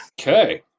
Okay